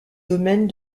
domaines